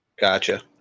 Gotcha